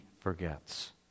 forgets